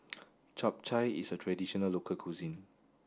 Chap Chai is a traditional local cuisine